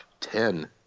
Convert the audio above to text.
ten